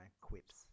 quips